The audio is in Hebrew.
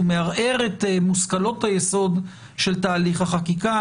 הוא מערער את מושכלות היסוד של תהליך החקיקה.